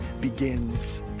begins